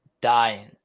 dying